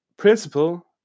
Principle